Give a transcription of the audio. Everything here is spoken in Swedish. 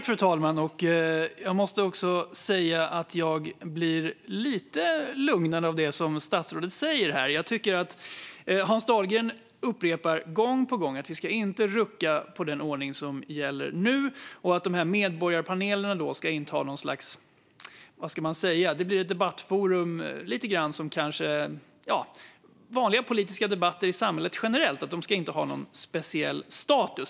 Fru talman! Jag blir lite lugnad av det statsrådet säger här. Hans Dahlgren upprepar gång på gång att vi inte ska rucka på den ordning som nu gäller. Medborgarpanelerna blir ett debattforum lite grann som vanliga politiska debatter i samhället generellt. De ska inte ha någon speciell status.